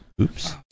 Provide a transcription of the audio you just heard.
Oops